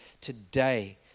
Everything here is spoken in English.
Today